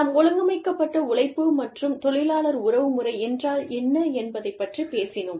நாம் ஒழுங்கமைக்கப்பட்ட உழைப்பு மற்றும் தொழிலாளர் உறவுமுறை என்றால் என்ன என்பதைப் பற்றிப் பேசினோம்